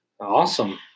Awesome